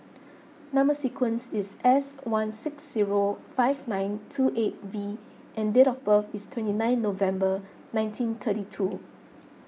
Number Sequence is S one six zero five nine two eight V and date of birth is twenty nine November nineteen thirty two